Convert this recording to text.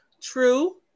True